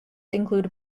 include